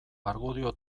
argudio